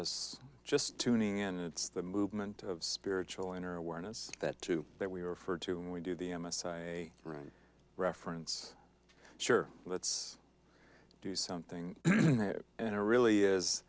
us just tuning in it's the movement of spiritual inner awareness that too that we were for too long we do the a messiah a right reference sure let's do something that and it really is